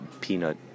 peanut